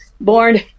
born